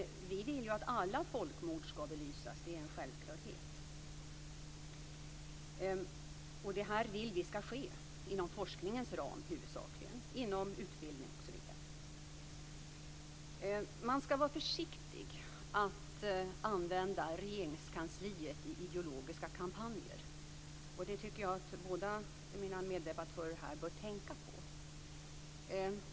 Vi vill att alla folkmord ska belysas. Det är en självklarhet. Det ska huvudsakligen ske inom forskningens ram, inom utbildning, osv. Man ska vara försiktig att använda Regeringskansliet i ideologiska kampanjer. Det tycker jag att båda mina meddebattörer bör tänka på.